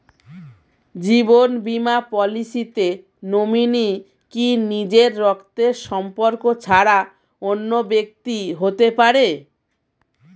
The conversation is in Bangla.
জীবন বীমা পলিসিতে নমিনি কি নিজের রক্তের সম্পর্ক ছাড়া অন্য ব্যক্তি হতে পারে?